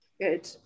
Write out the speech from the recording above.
good